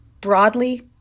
broadly